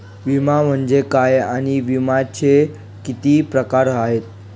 विमा म्हणजे काय आणि विम्याचे किती प्रकार आहेत?